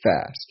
fast